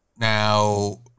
Now